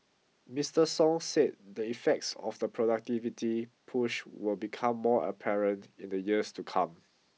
Mister Song said the effects of the productivity push will become more apparent in the years to come